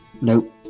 Nope